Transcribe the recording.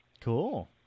Cool